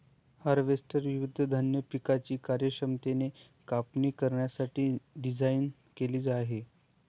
harvester विविध धान्य पिकांची कार्यक्षमतेने कापणी करण्यासाठी डिझाइन केलेले आहे